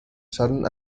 sudden